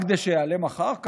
רק כדי שייעלם אחר כך?